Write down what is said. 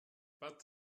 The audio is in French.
pas